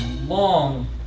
long